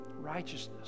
righteousness